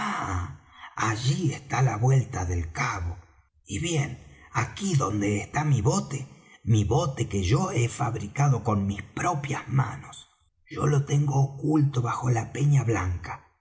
allí está la vuelta del cabo y bien aquí está mi bote mi bote que yo he fabricado con mis propias manos yo lo tengo oculto bajo la peña blanca